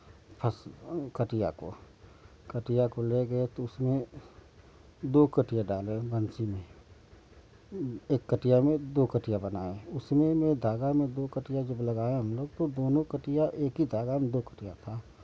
फंसी कटिया को कटिया को ले गए तो उसमें दो कटिया डाले बंसी में एक कटिया में दो कटिया बनाए उसीमें धागा में दो कटिया जब लगाया हम लोग तो दोनों कटिया एक ही धागा में दो कटिया था